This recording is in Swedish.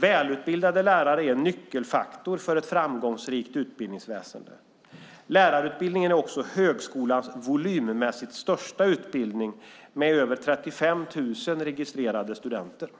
Välutbildade lärare är en nyckelfaktor för ett framgångsrikt utbildningsväsen. Lärarutbildningen är också högskolans volymmässigt största utbildning med över 35 000 registrerade studenter.